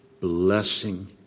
blessing